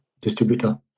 distributor